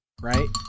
right